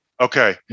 Okay